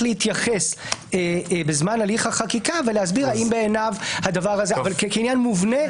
להתייחס בזמן הליך החקיקה ולהסביר האם בעיניו אבל כעניין מובנה,